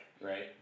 Right